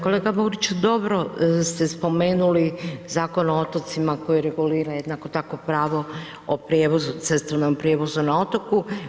Kolega Boriću, dobro ste spomenuli Zakon o otocima koji regulira, jednako tako pravo o prijevozu, cestovnom prijevozu na otoku.